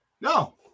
no